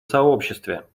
сообществе